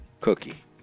cookie